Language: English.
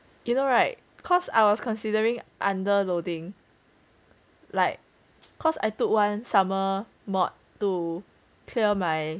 you know right cause I was considering underloading like cause I took one summer mod to clear my